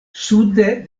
sude